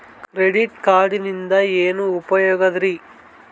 Credit ಕಾರ್ಡಿನಿಂದ ಏನು ಉಪಯೋಗದರಿ?